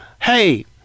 hey